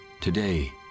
Today